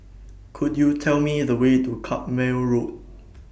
Could YOU Tell Me The Way to Carpmael Road